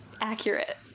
accurate